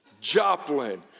Joplin